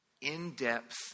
in-depth